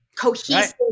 cohesive